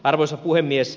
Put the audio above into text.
arvoisa puhemies